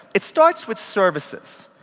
it starts with services.